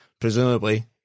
presumably